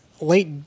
late